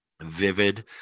vivid